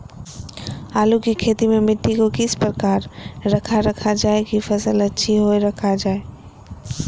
आलू की खेती में मिट्टी को किस प्रकार रखा रखा जाए की फसल अच्छी होई रखा जाए?